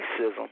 racism